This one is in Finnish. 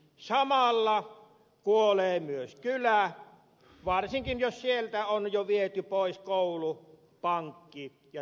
samalla kuolee myös kylä varsinkin jos sieltä on jo viety pois koulu pankki ja terveyskeskus